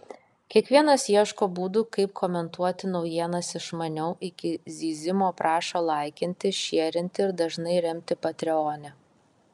kiekvienas ieško būdų kaip komentuoti naujienas išmaniau iki zyzimo prašo laikinti šierinti ir dažnai remti patreone